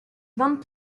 vingt